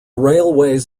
railways